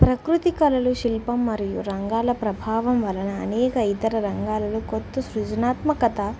ప్రకృతి కళలు శిల్పం మరియు రంగాల ప్రభావం వలన అనేక ఇతర రంగాలలో కొత్త సృజనాత్మకత